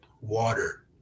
water